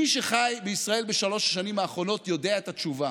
מי שחי בישראל בשלוש השנים האחרונות יודע את התשובה.